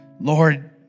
Lord